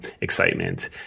excitement